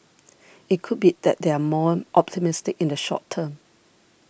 it could be that they're more optimistic in the short term